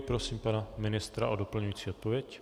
Prosím pana ministra o doplňující odpověď.